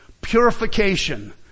purification